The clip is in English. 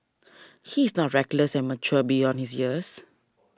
he is not reckless and mature beyond his years